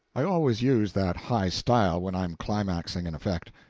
i always use that high style when i'm climaxing an effect.